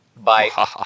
Bye